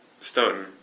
Stoughton